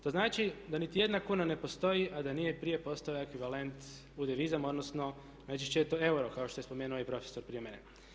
To znači da niti jedna kuna ne postoji a da nije prije postojao ekvivalent u devizama odnosno najčešće je to euro kao što je spomenuo i profesor prije mene.